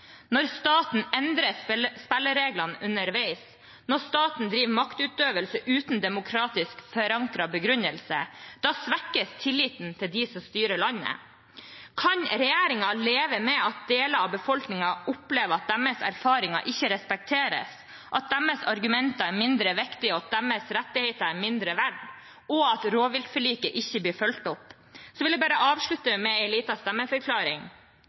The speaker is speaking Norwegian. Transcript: Når staten endrer spillereglene underveis, når staten driver med maktutøvelse uten en demokratisk forankret begrunnelse, svekkes tilliten til dem som styrer landet. Kan regjeringen leve med at deler av befolkningen opplever at deres erfaringer ikke respekteres, at deres argumenter er mindre viktig, at deres rettigheter er mindre verdt, og at rovviltforliket ikke blir fulgt opp? Jeg vil avslutte med en liten stemmeforklaring: